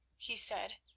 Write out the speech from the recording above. he said.